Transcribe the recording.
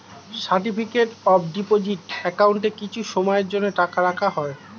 certificate of deposit অ্যাকাউন্টে কিছু সময়ের জন্য টাকা রাখা হয়